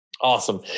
Awesome